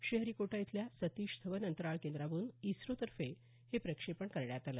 श्रीहरीकोटा इथल्या सतीश धवन अंतराळ केंद्रावरून इस्रोतर्फे हे प्रक्षेपण करण्यात आलं